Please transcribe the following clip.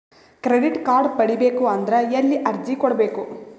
Credit card ಪಡಿಬೇಕು ಅಂದ್ರ ಎಲ್ಲಿ ಅರ್ಜಿ ಕೊಡಬೇಕು?